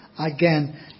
Again